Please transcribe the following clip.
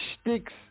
sticks